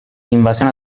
invasione